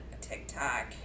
TikTok